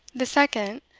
the second,